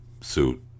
suit